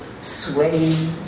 sweaty